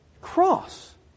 cross